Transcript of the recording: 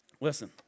Listen